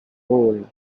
rôle